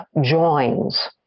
joins